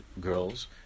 girls